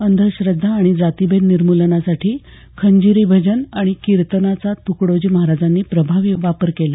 अंधश्रद्धा आणि जातिभेद निर्मूलनासाठी खंजिरी भजन आणि कीर्तनाचा तुकडोजी महाराजांनी प्रभावी वापर केला